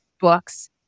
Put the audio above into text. books